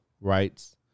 rights